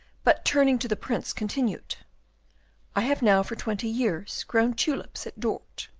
but, turning to the prince, continued i have now for twenty years grown tulips at dort.